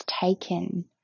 taken